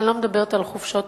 אני לא מדברת על חופשות קיץ,